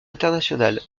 international